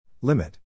Limit